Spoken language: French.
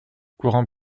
courant